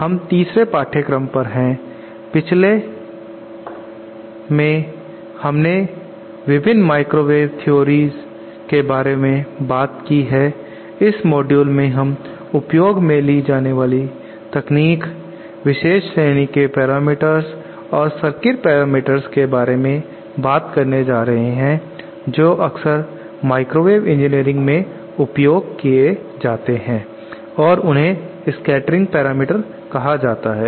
हम तीसरे पाठ्यक्रम पर हैं पिछले मैं हमने विभिन्न माइक्रोवेव थेओरिएस सिद्धांतों के बारे में बातें की हैं इस मॉड्यूल में हम उपयोग में ली जाने वाली तकनीक विशेष श्रेणी के पैरामीटर्स और सर्किट पैरामीटर्स के बारे में बात करने जा रहे हैं जो अक्सर माइक्रोवेव इंजीनियरिंग में उपयोग किए जाते हैं और उन्हें स्कैटरिंग पैरामीटर कहा जाता है